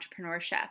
entrepreneurship